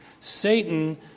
Satan